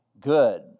good